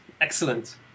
Excellent